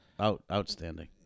Outstanding